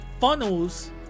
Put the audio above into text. funnels